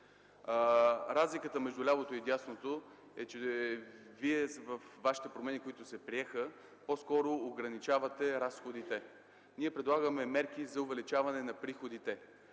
Разликата между лявото и дясното е, че с промените, които се приеха, по-скоро ограничавате разходите. Ние предлагаме мерки за увеличаване на приходите.